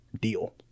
deal